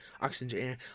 Oxygen